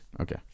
okay